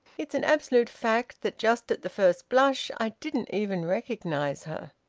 it's an absolute fact that just at the first blush i didn't even recognise her.